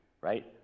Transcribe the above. right